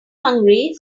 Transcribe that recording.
hungry